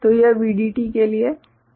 तो यह VDD के लिए चार्ज किया जाता है